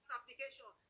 Application